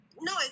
No